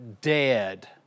dead